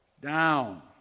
down